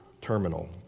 terminal